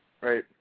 Right